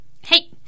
Hey